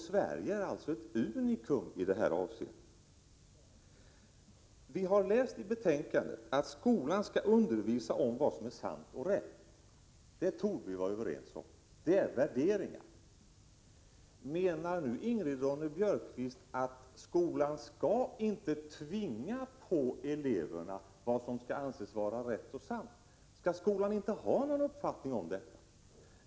Sverige är alltså ett unikum i det här avseendet. Vi har läst i betänkandet att skolan skall undervisa om vad som är sant och rätt. Det torde vi vara överens om — det gäller värderingar. Menar nu Ingrid Ronne-Björkqvist att skolan inte skall tvinga på eleverna vad som anses vara rätt och sant? Skall skolan inte ha någon uppfattning om detta?